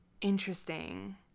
interesting